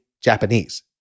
Japanese